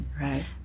Right